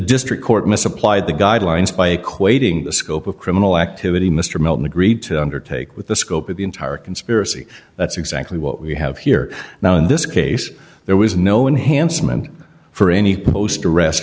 district court misapplied the guidelines by equating the scope of criminal activity mr melton agreed to undertake with the scope of the entire conspiracy that's exactly what we have here now in this case there was no enhancement for any post arrest